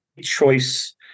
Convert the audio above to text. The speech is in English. choice